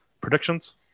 Predictions